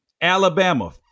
Alabama